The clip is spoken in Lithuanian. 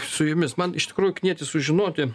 su jumis man iš tikrųjų knieti sužinoti